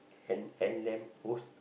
hand hand lamp post